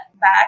back